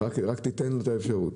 רק תיתן את האפשרות.